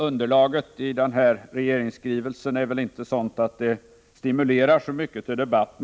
Underlaget i regeringsskrivelsen är väl inte sådant att det i någon högre grad stimulerar till debatt.